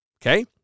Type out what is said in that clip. Okay